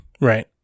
right